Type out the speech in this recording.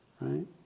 right